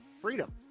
freedom